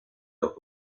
los